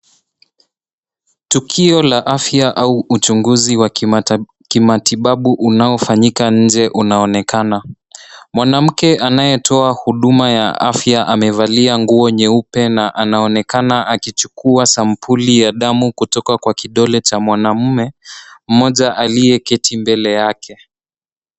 Tukio la afya au uchunguzi wa kimatibabu unaofanyika nje unaonekana. Mwanamke anayetoa huduma ya afya amevalia nguo nyeupe na anaonekana akichukua sampuli ya damu kutoka kwa kidole cha mwanamume mmoja aliyeketi mbele yake.